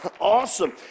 Awesome